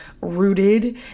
rooted